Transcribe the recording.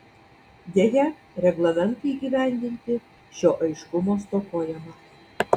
deja reglamentui įgyvendinti šio aiškumo stokojama